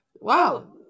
Wow